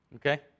Okay